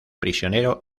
prisionero